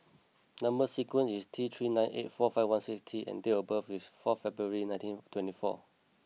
number sequence is T three nine eight four five one six T and date of birth is four February nineteen twenty four